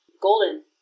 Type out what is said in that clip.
Golden